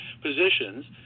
positions